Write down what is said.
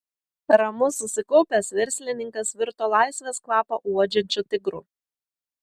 ramus susikaupęs verslininkas virto laisvės kvapą uodžiančiu tigru